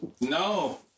No